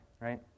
right